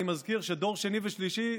אני מזכיר שדור שני ושלישי,